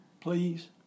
please